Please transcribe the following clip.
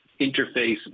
interface